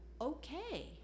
okay